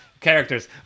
characters